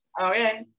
Okay